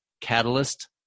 Catalyst